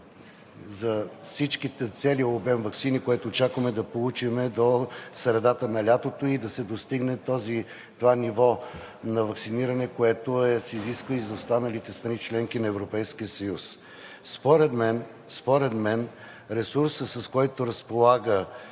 са осигурени – целия обем ваксини, който очакваме да получим до средата на лятото, и да се достигне това ниво на ваксиниране, което се изисква и за останалите страни – членки на Европейския съюз. Според мен ресурсът, с който разполага